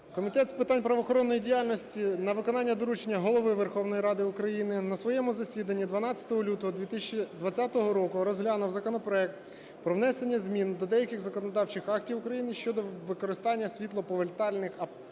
Комітет з питань правоохоронної діяльності на виконання доручення Голови Верховної Ради України на своєму засіданні 12 лютого 2020 року розглянув законопроект про внесення змін до деяких законодавчих актів України щодо використання світлоповертальних елементів